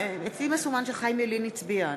אצלי מסומן שחיים ילין הצביע.